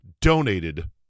donated